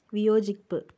വിയോജിപ്പ്